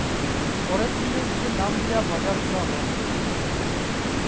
প্যরের দিলের যে দাম দিয়া বাজার গুলা হ্যয়